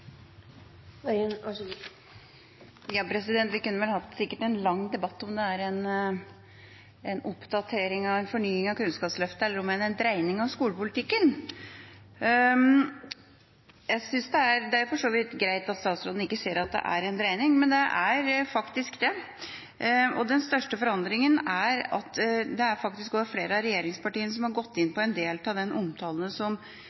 for så vidt greit at statsråden ikke ser at det er en dreining, men det er faktisk det. Den største forandringen er at det faktisk er flere av regjeringspartiene som har gått inn